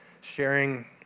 sharing